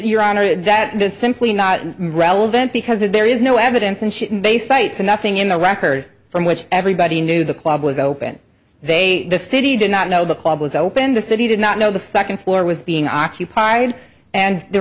your honor that is simply not relevant because if there is no evidence and they cites and nothing in the record from which everybody knew the club was open they the city did not know the club was open the city did not know the second floor was being occupied and the